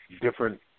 Different